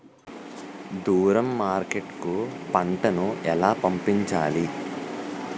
దూరం మార్కెట్ కు పంట ను ఎలా పంపించాలి?